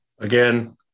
Again